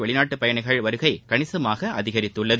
வெளிநாட்டு பயனிகள் வருகை கணிசமாக அதிகரித்துள்ளது